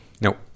Nope